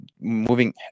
moving